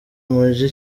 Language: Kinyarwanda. muji